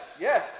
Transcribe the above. yes